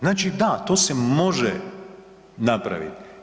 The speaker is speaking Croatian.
Znači da, to se može napraviti.